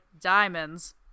diamonds